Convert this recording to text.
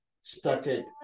started